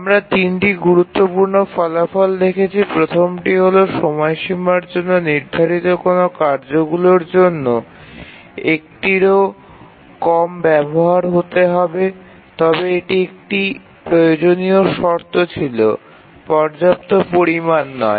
আমরা তিনটি গুরুত্বপূর্ণ ফলাফল দেখেছি প্রথমটি হল সময়সীমার জন্য নির্ধারিত কোনও কার্যগুলির জন্য ১ টিরও কম ব্যবহার হতে হবে তবে এটি একটি প্রয়োজনীয় শর্ত ছিল পর্যাপ্ত পরিমাণ নয়